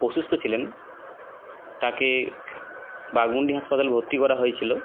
অসুস্থ ছিলেন তাঁকে বাঘমুন্ডি হাসপাতালে ভর্তি করা হয়েছিল